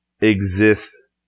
exists